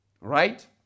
Right